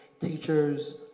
teachers